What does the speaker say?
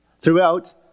Throughout